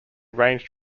ranged